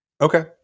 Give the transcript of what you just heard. Okay